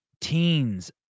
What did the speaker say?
Teens